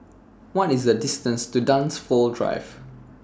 What IS The distance to Dunsfold Drive